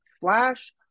flash